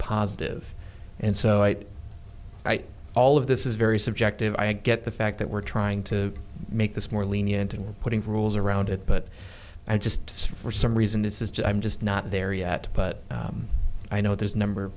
positive and so i write all of this is very subjective i get the fact that we're trying to make this more lenient and we're putting rules around it but i just for some reason this is just i'm just not there yet but i know there's number of